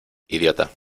idiota